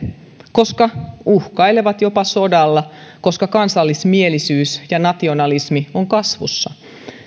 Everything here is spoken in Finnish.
koska uhkailevat jopa sodalla koska kansallismielisyys ja nationalismi ovat kasvussa